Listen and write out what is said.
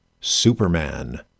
Superman